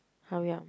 hurry up